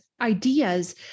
ideas